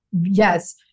yes